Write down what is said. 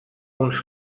uns